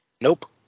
Nope